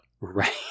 Right